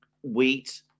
wheat